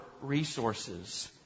resources